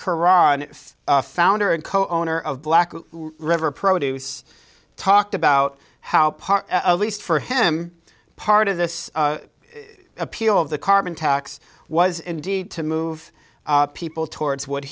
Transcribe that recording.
khurana founder and co owner of black river produce talked about how part least for him part of this appeal of the carbon tax was indeed to move people towards w